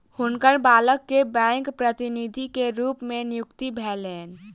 हुनकर बालक के बैंक प्रतिनिधि के रूप में नियुक्ति भेलैन